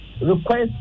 request